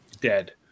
dead